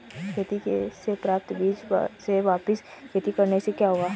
खेती से प्राप्त बीज से वापिस खेती करने से क्या होगा?